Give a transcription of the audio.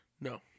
No